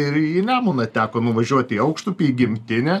ir į nemuną teko nuvažiuot į aukštupį į gimtinę